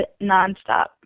nonstop